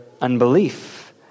unbelief